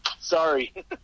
Sorry